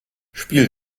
spiel